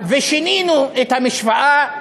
ושינינו את המשוואה.